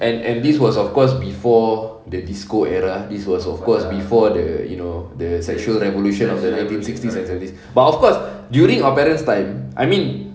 and and this was of course before the disco era this was of course before the you know the sexual revolution of the nineteen sixties and seventies but of course during our parents time I mean